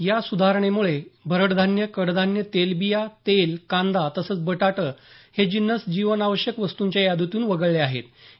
या सुधारणेमुळे भरड धान्य कडधान्य तेलबिया तेल कांदा तसंच बटाटा हे जिन्नस जीवनावश्यक वस्तूंच्या यादीतून वगळले जातील